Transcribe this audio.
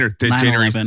January